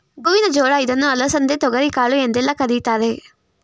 ಗೋವಿನ ಜೋಳ ಇದನ್ನು ಅಲಸಂದೆ, ತೊಗರಿಕಾಳು ಎಂದೆಲ್ಲ ಕರಿತಾರೆ